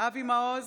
אבי מעוז,